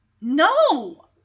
no